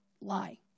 lie